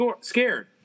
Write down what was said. scared